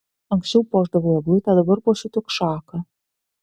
anksčiau puošdavau eglutę dabar puošiu tik šaką